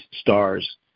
stars